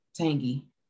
tangy